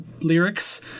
lyrics